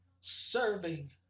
serving